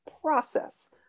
process